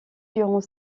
durant